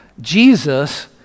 Jesus